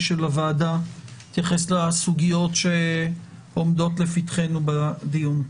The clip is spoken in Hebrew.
של הוועדה תתייחס לסוגיות שעומדות לפתחנו בדיון.